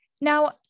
Now